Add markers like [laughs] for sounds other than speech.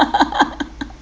[laughs]